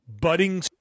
budding